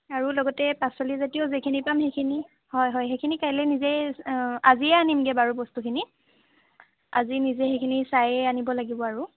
আৰু লগতে পাচলিজাতীয় যিখিনি পাম সেইখিনি হয় হয় সেইখিনি কাইলৈ নিজেই আজিয়ে আনিমগৈ বাৰু বস্তুখিনি আজি নিজে সেইখিনি চাইয়ে আনিব লাগিব বাৰু